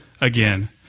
Again